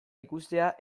ikustea